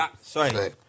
Sorry